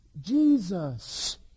Jesus